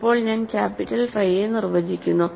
ഇപ്പോൾ ഞാൻ ക്യാപിറ്റൽ ഫൈയെ നിർവചിക്കുന്നു